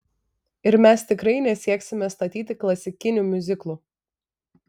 ir mes tikrai nesieksime statyti klasikinių miuziklų